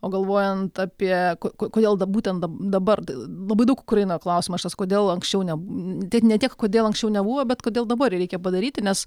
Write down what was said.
o galvojant apie ko kodėl būtent dabar labai daug kur eina klausimas šitas kodėl anksčiau ne net ne tiek kodėl anksčiau nebuvo bet kodėl dabar reikia padaryti nes